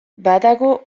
badago